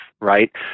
right